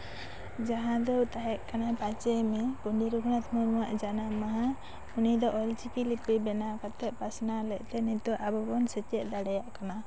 ᱡᱟᱦᱟᱸ ᱫᱚ ᱛᱟᱦᱮᱸᱠᱟᱱᱟ ᱯᱟᱸᱪᱮᱭ ᱢᱮᱹ ᱯᱚᱱᱰᱤᱛ ᱨᱚᱜᱷᱩᱱᱟᱛᱷ ᱢᱩᱨᱢᱩᱣᱟᱜ ᱡᱟᱱᱟᱢ ᱢᱟᱦᱟ ᱩᱱᱤ ᱫᱚ ᱚᱞ ᱪᱤᱠᱤ ᱞᱤᱯᱤ ᱵᱮᱱᱟᱣ ᱠᱟᱛᱮᱫ ᱯᱟᱥᱱᱟᱣ ᱞᱮᱫᱛᱮ ᱱᱤᱛᱳᱜ ᱟᱵᱚ ᱵᱚᱱ ᱥᱮᱪᱮᱫ ᱫᱟᱲᱭᱟᱜ ᱠᱟᱱᱟ